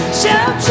shout